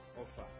offer